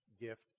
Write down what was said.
gift